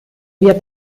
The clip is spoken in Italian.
via